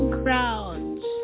crowds